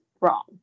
wrong